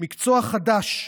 מקצוע חדש,